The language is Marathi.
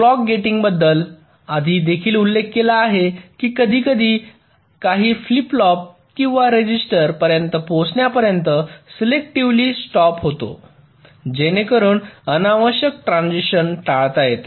क्लॉक गेटिंग बद्दल आधी देखील उल्लेख केला आहे की कधीकधी काही फ्लिप फ्लॉप किंवा रेझिस्टर पर्यंत पोहोचण्यापर्यंत सिलेक्टीव्हली स्टॉप होतो जेणेकरुन अनावश्यक ट्रान्झिशन टाळता येते